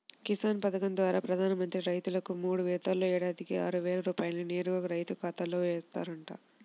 కిసాన్ పథకం ద్వారా ప్రధాన మంత్రి రైతుకు మూడు విడతల్లో ఏడాదికి ఆరువేల రూపాయల్ని నేరుగా రైతు ఖాతాలో ఏస్తారంట